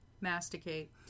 Masticate